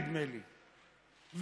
נדמה לי,